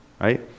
right